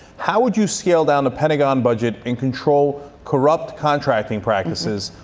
how would you scale down the pentagon budget and control corrupt contracting practices,